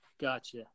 gotcha